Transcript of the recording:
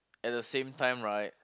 at the same time right